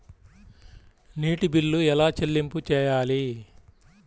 నీటి బిల్లు ఎలా చెల్లింపు చేయాలి?